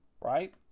Right